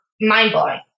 mind-blowing